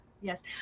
Yes